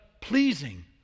pleasing